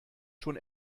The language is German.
schon